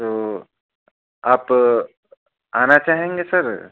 तो आप आना चाहेंगे सर